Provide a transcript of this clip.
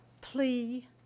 plea